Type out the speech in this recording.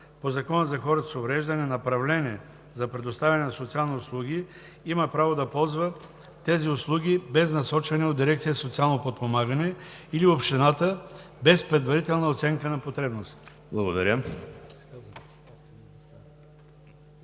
по Закона за хората с увреждания направление за предоставяне на социални услуги, има право да ползва тези услуги без насочване от дирекция „Социално подпомагане“ или общината и без предварителна оценка на потребностите.“